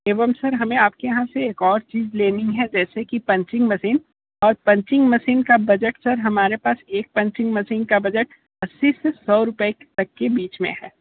एवं सर हमें सर आपके यहां से एक और चीज़ लेनी है जैसे कि पंचिंग मशीन और पंचिंग मशीन का बजट सर हमारे पास एक पंचिंग मशीन का बजट अस्सी से सौ रुपये तक के बीच में है